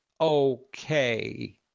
okay